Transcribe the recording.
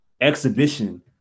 exhibition